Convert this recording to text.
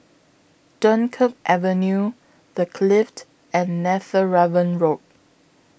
Dunkirk Avenue The Clift and Netheravon Road